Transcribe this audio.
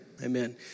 Amen